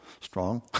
strong